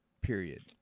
period